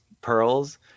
pearls